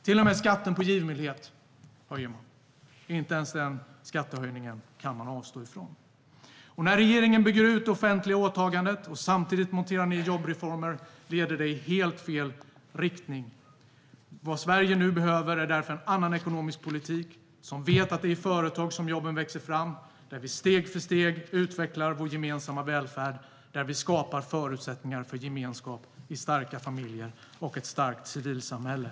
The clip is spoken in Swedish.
Till och med skatten på givmildhet höjer man. Inte ens den skattehöjningen kan man avstå från. När regeringen bygger ut det offentliga åtagandet och samtidigt monterar ned jobbreformer leder det i helt fel riktning. Vad Sverige nu behöver är därför en annan ekonomisk politik som innebär att vi vet att det är i företag som jobben växer fram, där vi steg för steg utvecklar vår gemensamma välfärd och där vi skapar förutsättningar för gemenskap i starka familjer och ett starkt civilsamhälle.